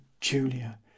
julia